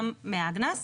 גם מהגנת הסביבה.